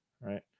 right